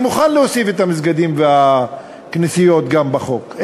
אני מוכן להוסיף את המסגדים ואת הכנסיות גם בחוק,